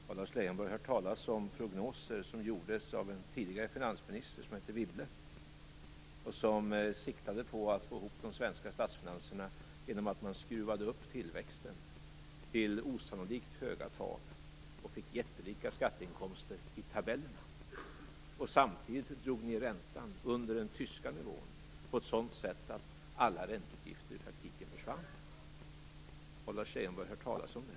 Har Lars Leijonborg hört talas om de prognoser som gjordes av en tidigare finansminister som hette Wibble, som siktade på att få ihop de svenska statsfinanserna genom att man skruvade upp tillväxten till osannolikt höga tal och fick jättelika skatteinkomster i tabellerna? Samtidigt drog man räntan under den tyska nivån på ett sådant sätt att alla räntor i praktiken försvann. Har Lars Leijonborg hört talas om det?